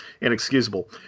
inexcusable